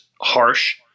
harsh